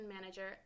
Manager